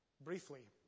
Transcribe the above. briefly